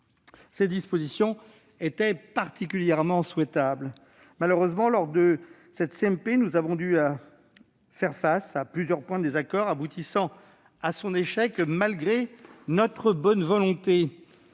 Ces dispositions étaient particulièrement souhaitables. Malheureusement, lors de la CMP, nous avons dû faire face à plusieurs points de désaccord, aboutissant, malgré notre bonne volonté,